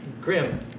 Grim